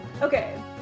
okay